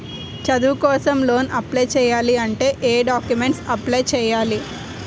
చదువు కోసం loan apply చేయాలి అంటే ఎం డాక్యుమెంట్స్ సబ్మిట్ చేయాలి?